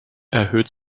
erhöht